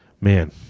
man